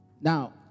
Now